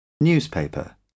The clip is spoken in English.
Newspaper